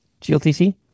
GLTC